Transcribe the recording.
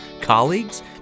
colleagues